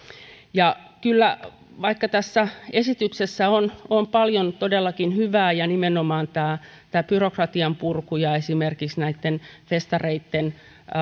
vaikka tässä esityksessä on kyllä paljon todellakin hyvää nimenomaan byrokratian purku ja esimerkiksi festareitten